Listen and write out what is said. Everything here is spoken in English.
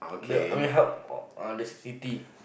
the I mean help uh the ci~ city